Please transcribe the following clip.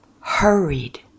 hurried